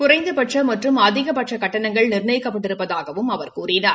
குறைந்தபட்ச மற்றும் அதிகப்பட்ச கட்டணங்கள் நிர்ணயிக்கப் பட்டிருப்பதாகவும் அவர் கூறினார்